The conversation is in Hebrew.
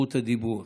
זכות הדיבור,